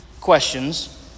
questions